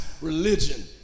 religion